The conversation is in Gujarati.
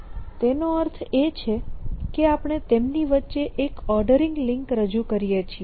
એનો અર્થ એ કે આપણે તેમની વચ્ચે એક ઓર્ડરિંગ લિંક રજૂ કરીએ છીએ